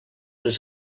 les